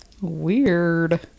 Weird